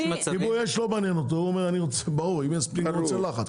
את כיבוי אש זה לא מעניין; הוא רוצה לחץ.